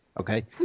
okay